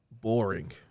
boring